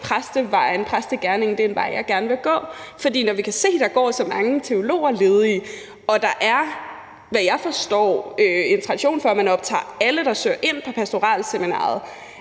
præstevejen, præstegerningen, er en vej, de gerne vil gå. For når vi kan se, at der går så mange teologer ledige, og der er, hvad jeg forstår, en tradition for, at man optager alle, der søger ind på pastoralseminariet